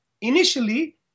Initially